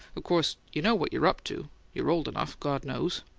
of course you know what you're up to you're old enough, god knows!